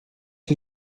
sie